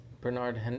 Bernard